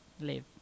live